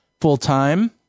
full-time